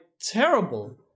terrible